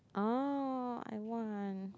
!aww! I want